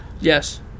Yes